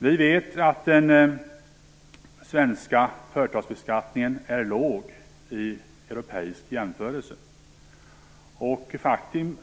Vi vet att den svenska företagsbeskattningen är låg vid en europeisk jämförelse.